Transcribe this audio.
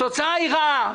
התוצאה היא רעה.